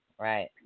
Right